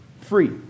free